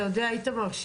אתה יודע, איתמר,